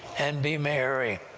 and be merry.